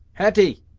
hetty!